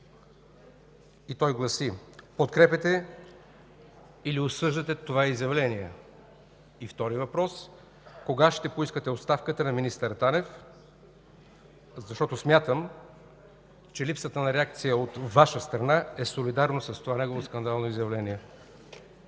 и той гласи: подкрепяте или осъждате това изявление? И втори въпрос: кога ще поискате оставката на министър Танев? Смятам, че липсата на реакция от Ваша страна е солидарност с това негово скандално изявление.